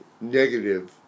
negative